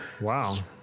wow